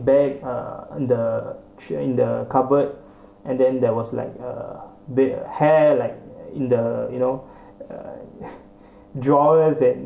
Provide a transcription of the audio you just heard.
bed uh the chair and the cupboard and then there was like a bit of hair like in the you know uh drawers and